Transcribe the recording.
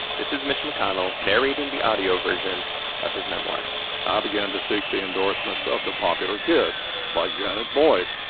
this is mitch mcconnell narrating the audio version of his memoir i ah began to seek the endorsements of the popular kids like janet boyd,